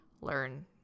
learn